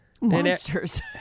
Monsters